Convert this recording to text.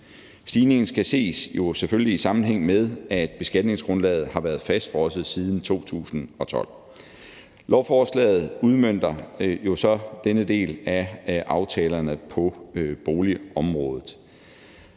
Stigningen skal selvfølgelig ses i sammenhæng med, at beskatningsgrundlaget har været fastfrosset siden 2012. Lovforslaget udmønter så denne del af aftalerne på boligområdet.